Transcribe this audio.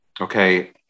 Okay